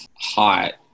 hot